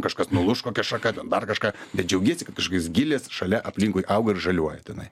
kažkas nuluš kokia šaka ten dar kažką bet džiaugiesi kad kažkokios gėlės šalia aplinkui auga ir žaliuoja tenai